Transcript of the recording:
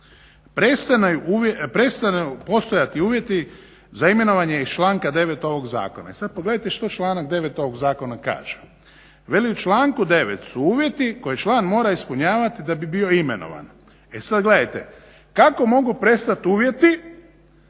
prestanu postojati uvjeti za imenovanje iz članka 9.ovog zakona. I sada pogledajte što članak 9. ovog zakona kaže veli u članku 9. su uvjeti koje član mora ispunjavati da bi bio imenovan. E sada gledajte, kako mogu prestati uvjeti